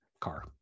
car